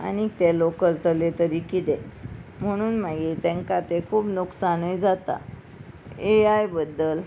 आनीक ते लोक करतले तरी कितें म्हणून मागीर तांकां तें खूब नुकसाणूय जाता ए आय बद्दल